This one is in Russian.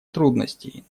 трудностей